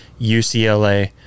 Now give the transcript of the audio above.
UCLA